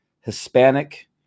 Hispanic